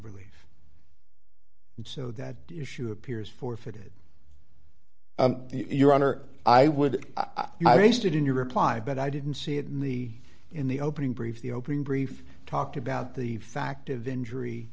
really so that issue appears forfeited your honor i would i based it in your reply but i didn't see it in the in the opening brief the opening brief talked about the fact of injury